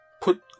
put